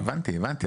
הבנתי, הבנתי.